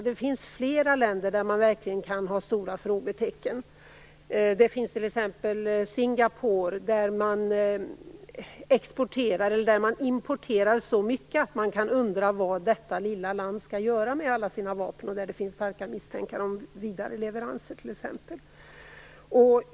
Det finns flera länder som man verkligen kan sätta stora frågetecken för, t.ex. Singapore. Man importerar så mycket att vi kan undra vad detta lilla land skall göra med alla sina vapen, och att det finns starka misstankar om vidareleveranser.